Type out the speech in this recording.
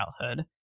childhood